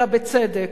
אלא בצדק.